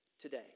Today